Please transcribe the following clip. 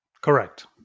Correct